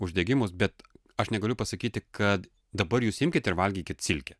uždegimus bet aš negaliu pasakyti kad dabar jūs imkit ir valgykit silkę